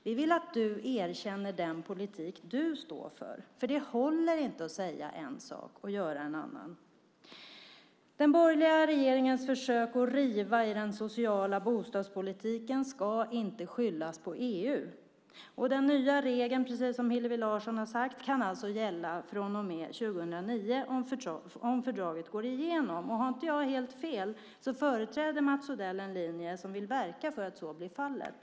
Vi vill att du erkänner den politik du står för. Det håller inte att säga en sak och göra en annan. Den borgerliga regeringens försök att riva i den sociala bostadspolitiken ska inte skyllas på EU. Precis som Hillevi Larsson har sagt kan den nya regeln gälla från och med 2009 om fördraget går igenom. Om jag inte har helt fel företräder Mats Odell en linje där man vill verka för att så blir fallet.